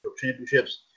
championships